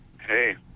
Hey